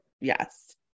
yes